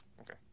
Okay